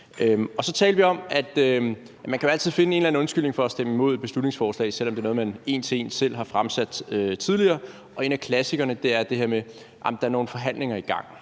Så talte vi om, at man jo altid kan finde en eller anden undskyldning for at stemme imod et beslutningsforslag, selv om det er noget, man en til en selv har fremsat tidligere, og en af klassikerne er det her med, at der er nogle forhandlinger i gang,